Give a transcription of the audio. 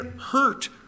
hurt